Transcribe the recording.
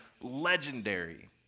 legendary